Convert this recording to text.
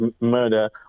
murder